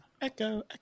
echo